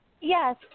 Yes